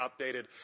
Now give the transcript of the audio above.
updated